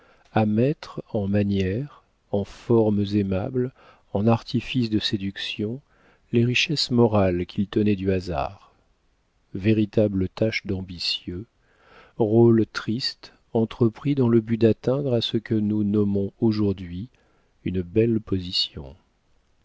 à mettre en manières en formes aimables en artifices de séduction les richesses morales qu'il tenait du hasard véritable tâche d'ambitieux rôle triste entrepris dans le but d'atteindre à ce que nous nommons aujourd'hui une belle position